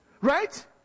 Right